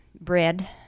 bread